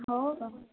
हो का